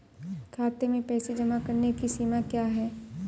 खाते में पैसे जमा करने की सीमा क्या है?